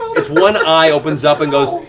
its one eye opens up and goes,